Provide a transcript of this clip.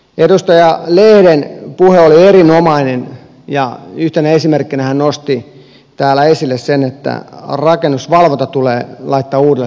edustaja lehden puhe oli erinomainen ja yhtenä esimerkkinä hän nosti täällä esille sen että rakennusvalvonta tulee laittaa uudelle tasolle